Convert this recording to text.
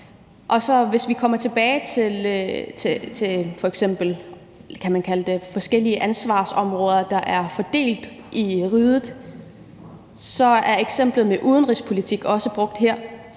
Hvis vi kommer tilbage til f.eks. forskellige ansvarsområder, kan man kalde det, der er fordelt i riget, så er eksemplet med udenrigspolitik også brugt her.